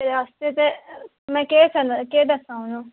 तेरे आस्तै ते मैं केह् करां केह् दस्सां ओन्नू